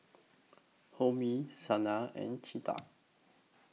Homi Sanal and Chetan